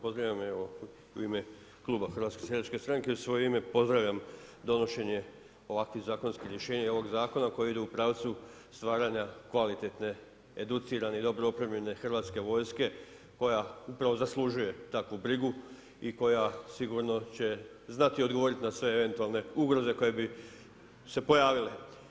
Pozdravljam evo i u ime kluba Hrvatske seljačke stranke i u svoje ime pozdravljam donošenje ovakvih zakonskih rješenja i ovog zakona koji ide u pravcu stvaranja kvalitetne educirane i dobro opremljene Hrvatske vojske koja upravo zaslužuje takvu brigu i koja sigurno će znati odgovoriti na sve eventualne ugroze koje bi se pojavile.